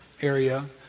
area